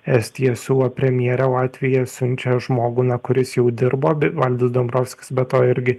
estija siūlo premjerę latvija siunčia žmogų na kuris jau dirbo be valdas dambrovskis be to irgi